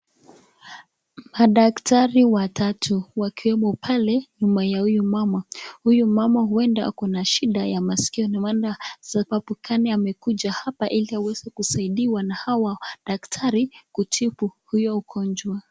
Madaktari watatu wakiwemo pale mwenye huyu mama. Huyu mama uenda ako na shida ya masikio ndo maana sababu gani amekuja hapa ili aweze kusaidiwa na hawa daktari kutibu hiyo ugonjwa.